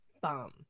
bum